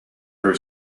her